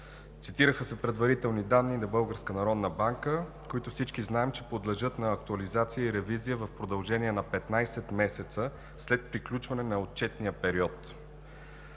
Цитираха се предварителни данни на Българската народна банка, които всички знаем, че подлежат на актуализация и ревизия в продължение на 15 месеца след приключване на отчетния период.